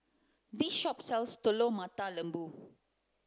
this shop sells telur mata lembu